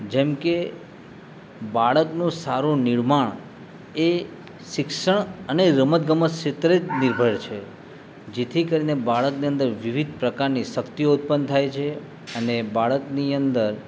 જેમકે બાળકનું સારું નિર્માણ એ શિક્ષણ અને રમતગમત ક્ષેત્રે જ નિર્ભર છે જેથી કરીને બાળકની અંદર વિવિધ પ્રકારની શક્તિઓ ઉત્પન્ન થાય છે અને બાળકની અંદર